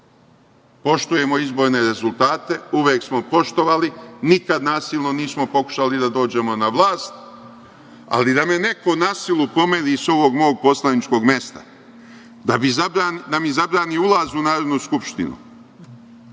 kolena. Poštujemo izborne rezultate, uvek smo poštovali, nikad nasilno nismo pokušali da dođemo na vlast, ali da me neko na silu pomeri sa ovog mog poslaničkog mesta, da mi zabrani ulaz u Narodnu skupštinu,